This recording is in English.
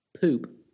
poop